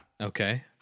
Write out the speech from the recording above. Okay